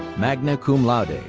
magna cum laude.